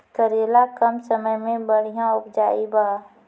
करेला कम समय मे बढ़िया उपजाई बा?